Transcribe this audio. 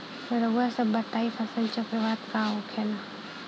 रउआ सभ बताई फसल चक्रवात का होखेला?